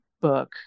book